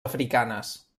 africanes